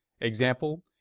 Example